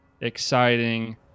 exciting